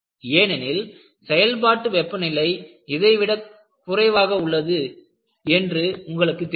ஏனெனில் செயல்பாட்டு வெப்பநிலை இதைவிட மிகக் குறைவாக உள்ளது என்று உங்களுக்கு தெரியும்